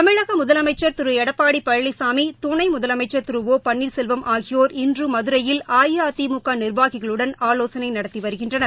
தமிழக முதலமைச்ச் திரு எடப்பாடி பழனிசாடி துணை முதலமைச்ச் திரு ஒ பன்னீர்செல்வம் ஆகியோர் இன்று மதுரையில் அஇஅதிமுக நிர்வாகிகளுடன் ஆலோசனை நடத்தி வருகின்றனர்